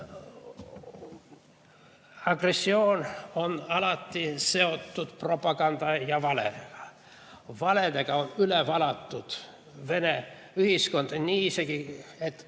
Agressioon on alati seotud propaganda ja valedega. Valedega on üle valatud kogu Vene ühiskond. Isegi